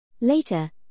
Later